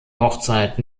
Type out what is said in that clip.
hochzeit